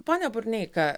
pone burneika